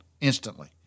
instantly